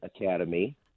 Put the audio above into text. Academy